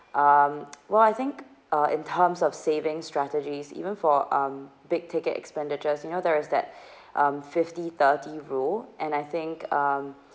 um well I think uh in terms of saving strategies even for um big ticket expenditures you know there is that um fifty thirty rule and I think um